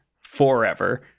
forever